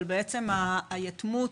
אבל היתמות